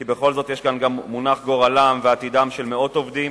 כי בכל זאת גורלם ועתידם של מאות עובדים